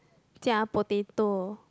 加 potato